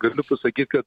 galiu pasakyt kad